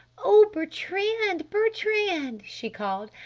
oh, bertrand! bertrand! she called,